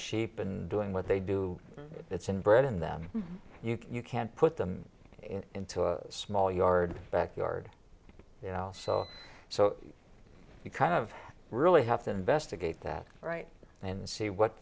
sheep and doing what they do it's inbred in them you can't put them into a small yard backyard you know so so you kind of really have to investigate that and see what